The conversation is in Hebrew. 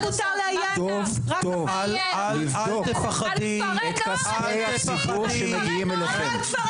טוב לבדוק את כספי הציבור שמגיעים אליכם,